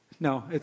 No